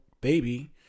baby